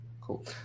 cool